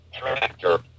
Tractor